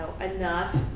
enough